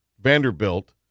Vanderbilt